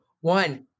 one